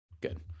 good